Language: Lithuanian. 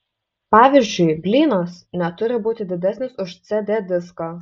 pavyzdžiui blynas neturi būti didesnis už cd diską